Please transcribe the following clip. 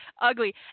ugly